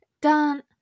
Dun